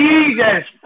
Jesus